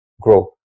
grow